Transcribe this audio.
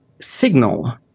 signal